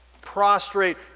prostrate